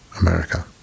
America